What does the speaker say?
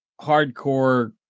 hardcore